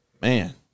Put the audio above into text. man